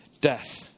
death